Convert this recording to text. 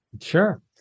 Sure